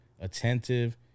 attentive